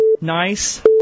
Nice